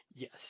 Yes